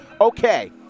okay